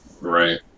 right